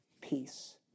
peace